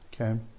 Okay